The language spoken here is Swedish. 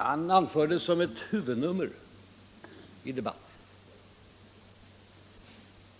Han anförde som ett huvudnummer i debatten